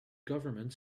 government